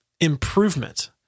improvement